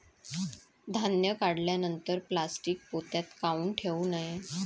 धान्य काढल्यानंतर प्लॅस्टीक पोत्यात काऊन ठेवू नये?